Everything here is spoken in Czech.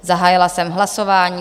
Zahájila jsem hlasování.